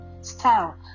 style